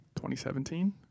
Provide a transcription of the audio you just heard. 2017